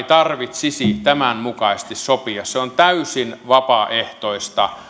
tarvitsisi tämän mukaisesti sopia se on täysin vapaaehtoista